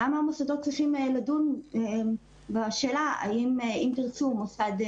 למה המוסדות בכלל צריכים לדון בשאלה האם "אם תרצו",